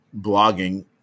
blogging